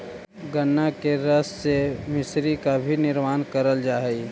गन्ना के रस से मिश्री का भी निर्माण करल जा हई